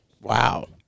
wow